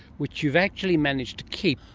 which you've actually managed to keep.